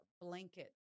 blanket